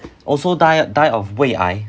also die die of 胃癌